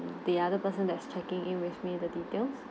the other person that's checking in with me the details